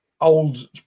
Old